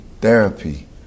therapy